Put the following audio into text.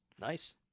nice